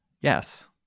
yes